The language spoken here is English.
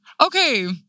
okay